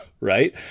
right